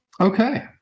Okay